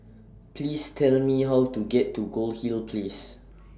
Please Tell Me How to get to Goldhill Place